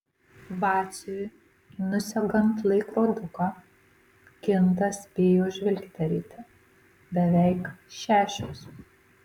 vaciui nusegant laikroduką kintas spėjo žvilgterėti beveik šešios